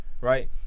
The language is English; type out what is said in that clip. right